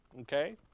Okay